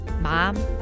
mom